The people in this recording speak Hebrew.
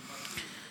מסכים איתך.